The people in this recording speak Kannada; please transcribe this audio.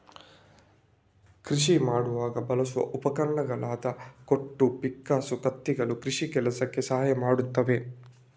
ಕೃಷಿ ಮಾಡುವಾಗ ಬಳಸುವ ಉಪಕರಣಗಳಾದ ಕೊಟ್ಟು, ಪಿಕ್ಕಾಸು, ಕತ್ತಿಗಳು ಕೃಷಿ ಕೆಲಸಕ್ಕೆ ಸಹಾಯ ಮಾಡ್ತವೆ